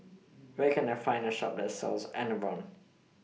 Where Can I Find A Shop that sells Enervon